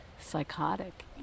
psychotic